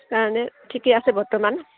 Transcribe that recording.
কাৰণে ঠিকেই আছে বৰ্তমান